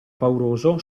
pauroso